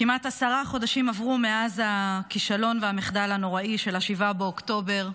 כמעט עשרה חודשים עברו מאז הכישלון והמחדל הנוראי של 7 באוקטובר,